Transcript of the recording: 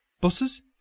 Buses